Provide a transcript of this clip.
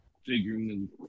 figuring